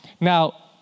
Now